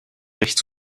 recht